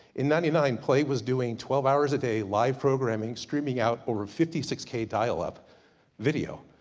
in ninety nine play was doing twelve hours a day live programing, streaming out over fifty six k dial-up video.